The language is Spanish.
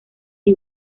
the